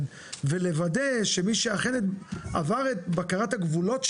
ולוודא שמי שאכן עבר את בקרות הגבולות שלי,